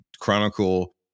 chronicle